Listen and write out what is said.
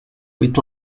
with